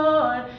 Lord